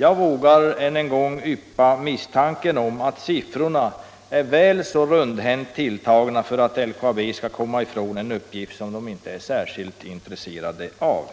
Jag vågar än en gång yppa misstanken att siffrorna är väl rundhänt tilltagna för att LKAB skall komma ifrån en uppgift som man inte är särskilt intresserad av.